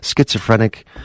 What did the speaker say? schizophrenic